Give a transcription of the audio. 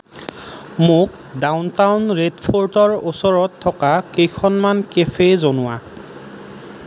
মোক downtown ৰেডফ'ৰ্টৰ ওচৰত থকা কেইখনমান কেফে' জনোৱা